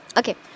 okay